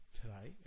today